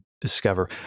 discover